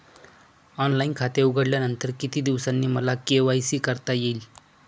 Online खाते उघडल्यानंतर किती दिवसांनी मला के.वाय.सी करता येईल?